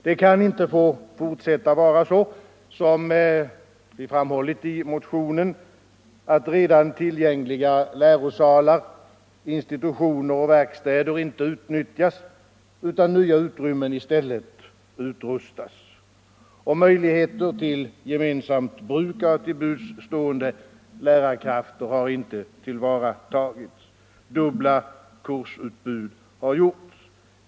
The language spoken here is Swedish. Det kan inte få fortsätta att vara så, som vi framhållit i motionen, att redan tillgängliga lärosalar, institutioner och verkstäder inte utnyttjas utan att nya utrymmen i stället utrustas. Möjligheter till gemensamt bruk av till buds stående lärarkrafter har inte tillvaratagits. Dubbla kursutbud har gjorts.